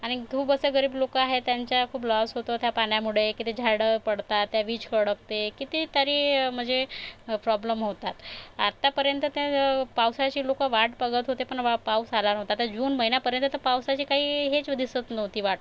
आणि खूप असं गरीब लोकं आहेत त्यांच्या खूप लॉस होतो त्या पाण्यामुळे किती झाडं पडतात त्या वीज कडकते कितीतरी म्हणजे प्रॉब्लम होतात आत्तापर्यंत तर पावसाची लोकं वाट बघत होते पण वा पाऊस आला नव्हता आता जून महिन्यापर्यंत तर पावसाची काही हेच दिसत नव्हती वाट